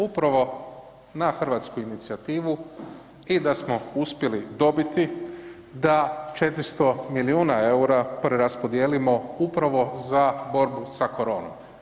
Upravo na hrvatsku inicijativu i da smo uspjeli dobiti da 400 milijuna eura preraspodijelimo upravo za borbu sa koronom.